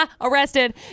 arrested